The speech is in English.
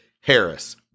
Harris